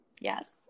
Yes